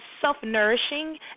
self-nourishing